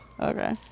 Okay